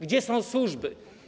Gdzie są służby?